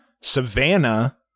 Savannah